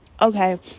okay